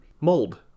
Mold